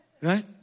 Right